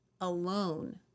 alone